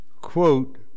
quote